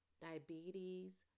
diabetes